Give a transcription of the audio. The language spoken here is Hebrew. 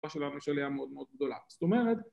‫השפה של הממשלה הייתה מאוד מאוד גדולה. ‫זאת אומרת...